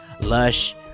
lush